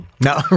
No